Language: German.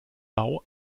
bau